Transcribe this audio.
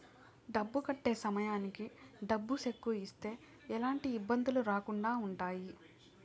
డబ్బు కట్టే సమయానికి డబ్బు సెక్కు ఇస్తే ఎలాంటి ఇబ్బందులు రాకుండా ఉంటాయి